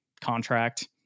contract